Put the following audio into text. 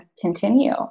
continue